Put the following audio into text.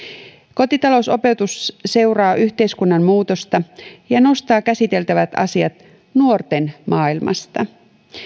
kotitalousopetus seuraa yhteiskunnan muutosta ja nostaa käsiteltävät asiat nuorten maailmasta